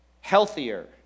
healthier